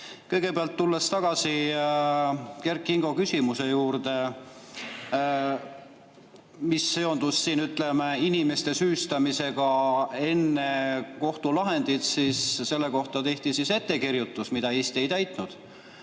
Kõigepealt, tulles tagasi Kert Kingo küsimuse juurde, mis seondus siin, ütleme, inimeste süüstamisega enne kohtulahendit, siis selle kohta tehti ettekirjutus, mida Eesti ei täitnud.